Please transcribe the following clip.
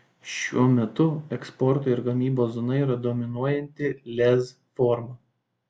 šiuo metu eksporto ir gamybos zona yra dominuojanti lez forma